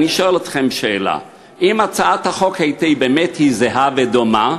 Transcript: אני שואל אתכם שאלה: אם הצעת החוק באמת זהה ודומה,